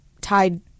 tied